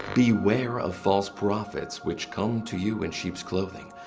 beware of false prophets, which come to you in sheep's clothing,